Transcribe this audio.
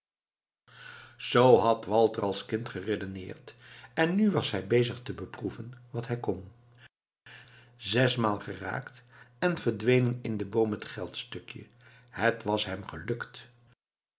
zoo had walter als kind geredeneerd en nu was hij bezig te beproeven wat hij kon zesmaal geraakt en verdwenen in den boom het geldstukje het was hem gelukt